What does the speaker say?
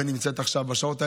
ונמצאת עכשיו בשעות האלה.